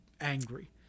angry